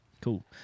cool